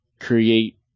create